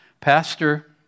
Pastor